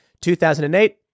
2008